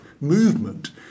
movement